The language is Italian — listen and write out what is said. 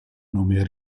nome